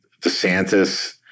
Desantis